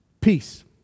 Peace